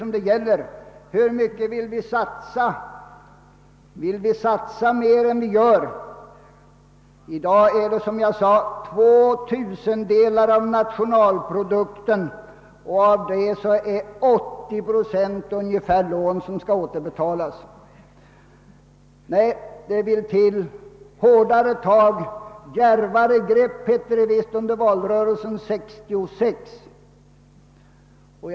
I dag satsar vi, som jag sade, två tusendelar av nationalprodukten, och därav är ungefär 80 procent lån som skall återbetalas. Det vill till hårdare tag — djärvare grepp hette det visst under valrörelsen 1966.